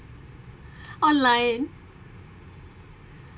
online